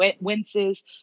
winces